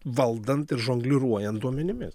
valdant ir žongliruojant duomenimis